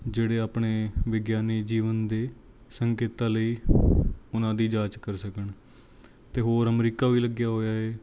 ਜਿਹੜੇ ਆਪਣੇ ਵਿਗਿਆਨੀ ਜੀਵਨ ਦੇ ਸੰਕੇਤਾਂ ਲਈ ਉਨ੍ਹਾਂ ਦੀ ਜਾਂਚ ਕਰ ਸਕਣ ਅਤੇ ਹੋਰ ਅਮਰੀਕਾ ਵੀ ਲੱਗਿਆ ਹੋਇਆ ਹੈ